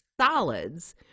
solids